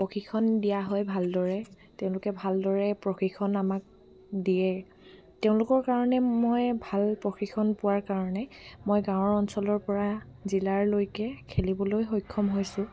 প্ৰশিক্ষণ দিয়া হয় ভালদৰে তেওঁলোকে ভালদৰে প্ৰশিক্ষণ আমাক দিয়ে তেওঁলোকৰ কাৰণে মই ভাল প্ৰশিক্ষণ পোৱাৰ কাৰণে মই গাঁৱৰ অঞ্চলৰ পৰা জিলালৈকে খেলিবলৈ সক্ষম হৈছোঁ